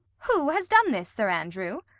who has done this, sir andrew?